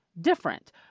different